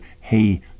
Hey